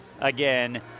again